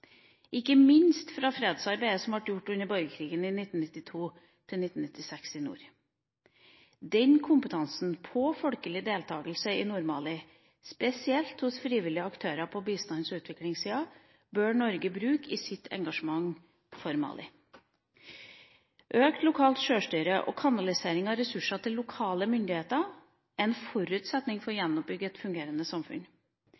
ikke minst fra fredsarbeidet som ble gjort under borgerkrigen i 1992–1996 i nord. Denne kompetansen på folkelig deltagelse i Nord-Mali, spesielt hos frivillige aktører på bistands- og utviklingssida, bør Norge bruke i sitt engasjement for Mali. Økt lokalt sjølstyre og kanalisering av ressurser til lokale myndigheter er en forutsetning for å